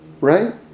right